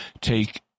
take